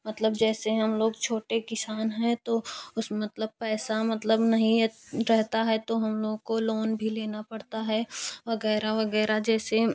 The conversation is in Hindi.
मतलब जैसे हम लोग छोटे किसान है तो उसमे मतलब पैसा मतलब नहीं है रहत है तो हम लोगों को लोन भी लेना पड़ता है अगेरा वगेरा जैसे